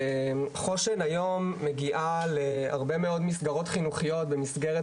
חוש"ן היום מגיעה להרבה מאוד מסגרות חינוכיות במסגרת